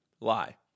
Lie